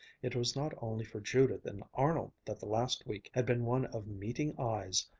it was not only for judith and arnold that the last week had been one of meeting eyes,